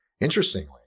Interestingly